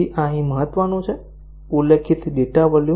આ અહીં મહત્વનું છે ઉલ્લેખિત ડેટા વોલ્યુમ